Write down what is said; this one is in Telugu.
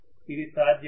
ఇది సాధ్యము